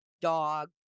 dog